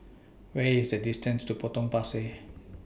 Where IS The distance to Potong Pasir